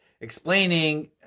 explaining